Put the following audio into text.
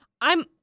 I'm-